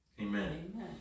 amen